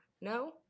No